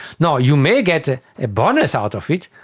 now, you may get ah a bonus out of it.